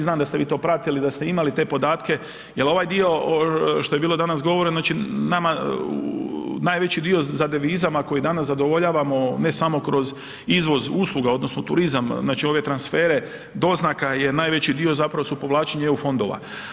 Znam da ste vi to pratili, da ste imali te podatke, jel ovaj dio što je bilo danas govora, znači nama najveći dio za devizama koji danas zadovoljavamo ne samo kroz izvoz usluga odnosno turizam, znači ove transfere doznaka je najveći dio zapravo su povlačenje eu fondova.